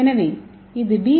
எனவே இது P D